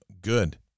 Good